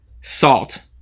salt